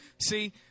See